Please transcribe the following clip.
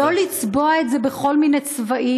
לא לצבוע את זה בכל מיני צבעים.